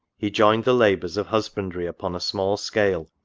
he joined the labours of hus bandry upon a small scale,